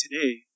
today